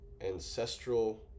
ancestral